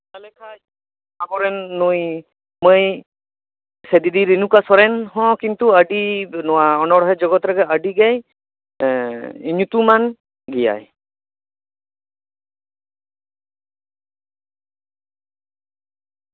ᱤᱱᱟᱹᱠᱷᱟᱱ ᱟᱵᱚᱨᱮᱱ ᱱᱩᱭ ᱢᱟᱹᱭ ᱥᱮ ᱫᱤᱫᱤ ᱨᱮᱱᱩᱠᱟ ᱥᱚᱨᱮᱱ ᱦᱚᱸ ᱠᱤᱱᱛᱩ ᱟᱹᱰᱤ ᱱᱚᱣᱟ ᱚᱱᱚᱬᱦᱮᱸ ᱡᱚᱜᱚᱛ ᱨᱮᱫᱚ ᱟᱹᱰᱤᱜᱮᱭ ᱧᱩᱛᱩᱢᱟᱱ ᱜᱮᱭᱟᱭ